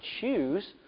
choose